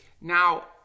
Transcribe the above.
now